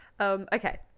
Okay